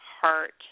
heart